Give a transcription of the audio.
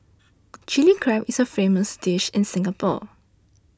Chilli Crab is a famous dish in Singapore